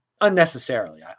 unnecessarily